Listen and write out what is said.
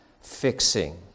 fixing